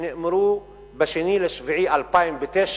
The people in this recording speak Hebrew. שנאמרו ב-2 ביולי 2009,